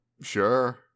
Sure